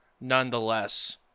nonetheless